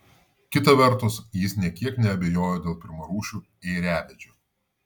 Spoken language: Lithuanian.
kita vertus jis nė kiek neabejojo dėl pirmarūšių ėriavedžių